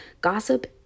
gossip